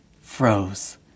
froze